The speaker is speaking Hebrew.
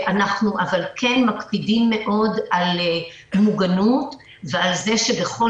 אבל אנחנו כן מקפידים מאוד על מוגנוּת ועל זה שבכל